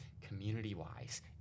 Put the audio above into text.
community-wise